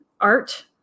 art